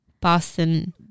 Boston